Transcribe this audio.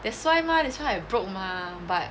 that's why mah that's why I broke mah but